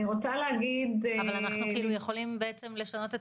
אני רוצה להגיד --- אבל אנחנו יכולים לשנות את